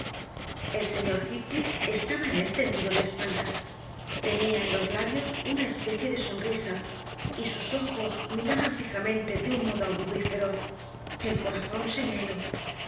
el señor heathcliff estaba en él tendido de espaldas tenía en los labios una especie de sonrisa y sus ojos miraban fijamente de un modo agudo y feroz el corazón se me